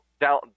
down